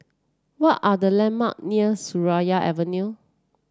what are the landmark near Seraya Avenue